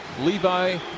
Levi